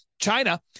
China